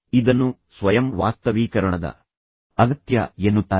ಇದನ್ನು ಅವರು ಸ್ವಯಂ ವಾಸ್ತವೀಕರಣದ ಅಗತ್ಯ ಎಂದು ಕರೆಯುತ್ತಾರೆ